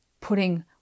putting